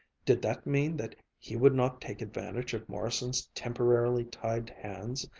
did that mean that he would not take advantage of morrison's temporarily tied hands,